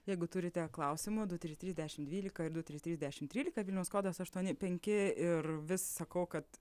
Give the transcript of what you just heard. jeigu turite klausimų du trys trys dešim dvylika ir du trys trys dešim trylika vilniaus kodas aštuoni penki ir vis sakau kad